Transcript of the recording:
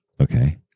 Okay